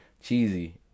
cheesy